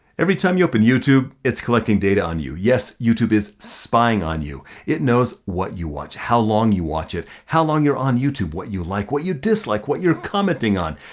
every time you open youtube, it's collecting data on you. yes, youtube is spying on you. it knows what you watch, how long you watch it, how long you're on youtube, what you like, what you dislike, what you're commenting on.